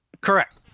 Correct